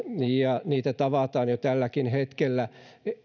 ja niitä tavataan jo tälläkin hetkellä